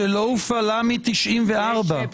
שלא הופעלה מ-94'.